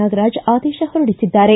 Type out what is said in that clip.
ನಾಗರಾಜ್ ಆದೇಶ ಹೊರಡಿಸಿದ್ದಾರೆ